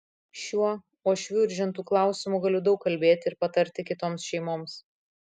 šiuo uošvių ir žentų klausimu galiu daug kalbėti ir patarti kitoms šeimoms